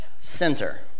Center